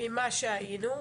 ממה שהיינו.